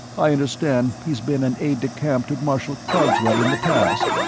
i understand he's been an aide de camp to marshal cogswell in the past,